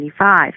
1995